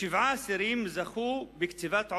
שבעה אסירים זכו לקציבת עונש,